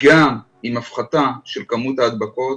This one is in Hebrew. גם עם הפחתה של כמות ההדבקות,